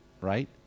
Right